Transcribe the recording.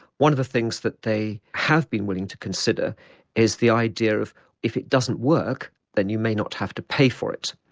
one of the things that they have been willing to consider is the idea of if it doesn't work then you may not have to pay for it.